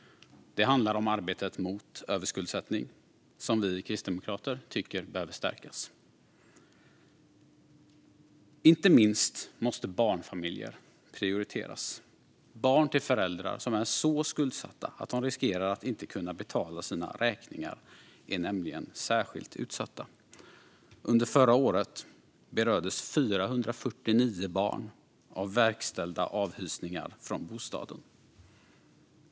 Det handlar om arbetet mot överskuldsättning, som vi kristdemokrater tycker behöver stärkas. Inte minst måste barnfamiljer prioriteras. Barn till föräldrar som är så skuldsatta att de riskerar att inte kunna betala sina räkningar är nämligen särskilt utsatta. Under förra året berördes 449 barn av verkställda avhysningar från bostaden.